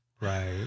Right